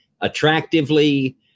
attractively